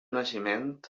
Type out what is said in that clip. naixement